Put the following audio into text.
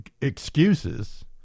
excuses